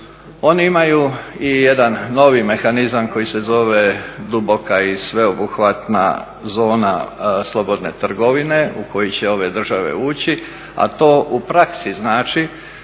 Oni imaju i jedan novi mehanizam koji se zove duboka i sveobuhvatna zona slobodne trgovine u koje će ove države uči, a to u praksi znači